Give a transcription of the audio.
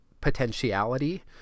potentiality